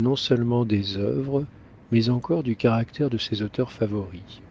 non-seulement des œuvres mais encore du caractère de ses auteurs favoris